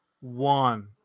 one